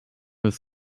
was